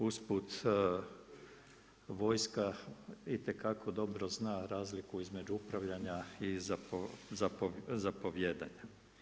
Usput vojska itekako dobro zna razliku između upravljanja i zapovijedanja.